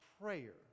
prayer